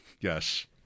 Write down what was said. yes